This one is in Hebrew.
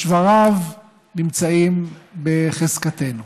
ושבריו נמצאים בחזקתנו.